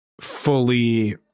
fully